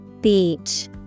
Beach